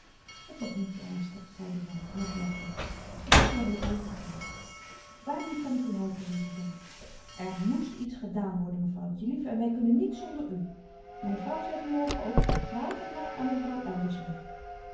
het is niets ernstigs zeide zij mat lachend het zal wel weêr overgaan waarmeê kan ik u helpen rezident er moest iets gedaan worden mevrouwtje lief en wij kunnen niet zonder u mijn vrouw zei van morgen ook vraag het maar aan mevrouw eldersma